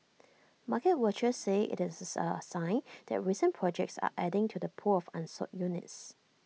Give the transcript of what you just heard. market watchers said IT is A sign that recent projects are adding to the pool of unsold units